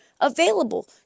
available